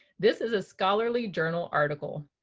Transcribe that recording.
this is a scholarly journal article.